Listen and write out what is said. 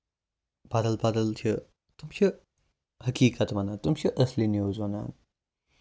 بدل بدل چھِ تِم چھِ حٔقیٖقت وَنان تِم چھِ اَصلی نِؤز وَنان